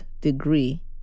degree